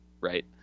right